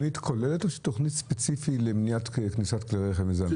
היא תוכנית כוללת או שהיא תוכנית ספציפית למניעת כניסת כלי רכב מזהמים?